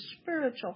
spiritual